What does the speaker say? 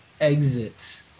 Exit